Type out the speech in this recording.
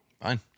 Fine